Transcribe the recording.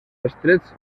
estrets